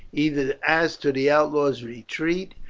either as to the outlaws' retreat